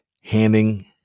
handing